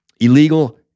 illegal